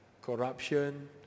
corruption